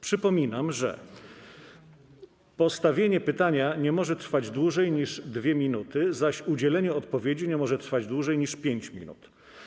Przypominam, że postawienie pytania nie może trwać dłużej niż 2 minuty, zaś udzielenie odpowiedzi nie może trwać dłużej niż 5 minut.